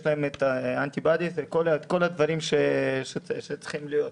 יש להם "אנטי באדיס" את כל הדברים שצריכים להיות,